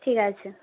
ঠিক আছে